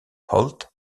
holt